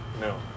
No